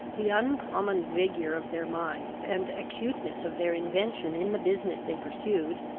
the uncommon vigour of their minds, and acuteness of their invention in the business they pursued,